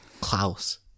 Klaus